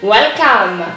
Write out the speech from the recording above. Welcome